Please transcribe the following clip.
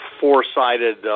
four-sided